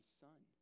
son